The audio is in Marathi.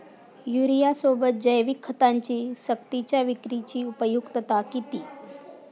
युरियासोबत जैविक खतांची सक्तीच्या विक्रीची उपयुक्तता किती?